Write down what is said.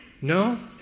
No